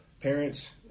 parents